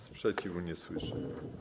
Sprzeciwu nie słyszę.